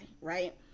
right